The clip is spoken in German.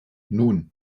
nun